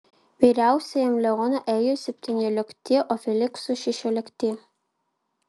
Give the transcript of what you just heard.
vyriausiajam leonui ėjo septyniolikti o feliksui šešiolikti